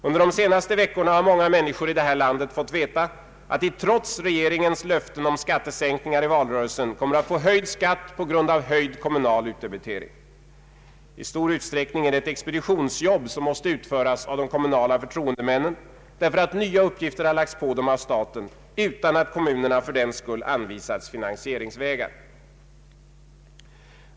Under de senaste veckorna har många människor i det här landet fått veta att de trots regeringens fagra löften i valrörelsen om skattesänkningar kommer att få höjd skatt på grund av höjd kommunal utdebitering. I stor utsträckning är det ett expeditionsjobb, som måste utföras av de kommunala förtroendemännen därför att nya uppgifter lagts på dem av staten, utan att kommunerna fördenskull anvisats finansieringsvägar.